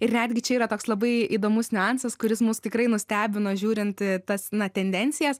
ir netgi čia yra toks labai įdomus niuansas kuris mus tikrai nustebino žiūrint tas na tendencijas